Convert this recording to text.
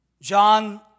John